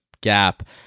gap